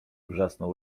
wrzasnął